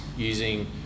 Using